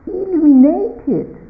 illuminated